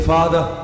Father